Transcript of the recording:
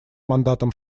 мандатом